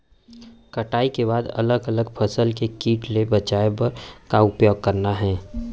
कटाई के बाद अगला फसल ले किट ले बचाए बर का उपाय करना हे?